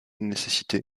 nécessité